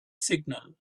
signal